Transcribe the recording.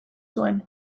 zuen